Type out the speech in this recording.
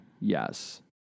Yes